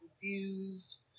confused